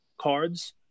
cards